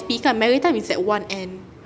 S_P kan maritime is like one end